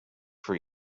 for